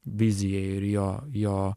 vizijai ir jo jo